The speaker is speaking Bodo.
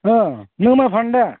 नों माइ फानोदा